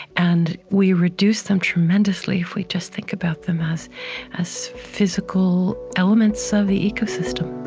and we reduce them tremendously if we just think about them as as physical elements of the ecosystem